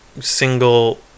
single